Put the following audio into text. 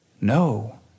no